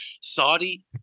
Saudi